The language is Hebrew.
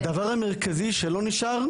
אבל הדבר המרכזי שלא נשאר,